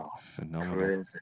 Phenomenal